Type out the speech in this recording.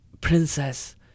Princess